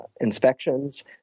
inspections